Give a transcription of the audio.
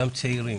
גם צעירים